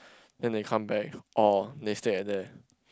then they come back or they stay at there